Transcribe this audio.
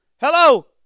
Hello